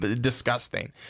disgusting